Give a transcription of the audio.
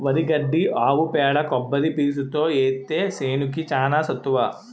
వరి గడ్డి ఆవు పేడ కొబ్బరి పీసుతో ఏత్తే సేనుకి చానా సత్తువ